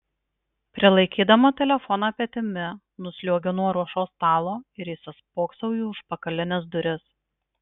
prilaikydama telefoną petimi nusliuogiu nuo ruošos stalo ir įsispoksau į užpakalines duris